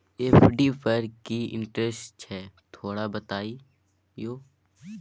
FD पर की interest छय थोरा बतईयो?